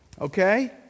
Okay